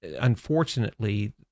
unfortunately